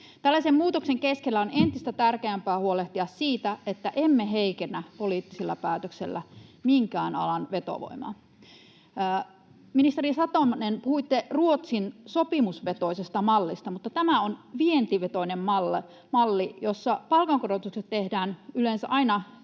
Tällaisen muutoksen keskellä on entistä tärkeämpää huolehtia siitä, että emme heikennä poliittisella päätöksellä minkään alan vetovoimaa. Ministeri Satonen, puhuitte Ruotsin sopimusvetoisesta mallista, mutta tämä on vientivetoinen malli, ja palkankorotukset tehdään täällä